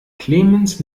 clemens